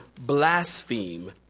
blaspheme